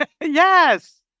Yes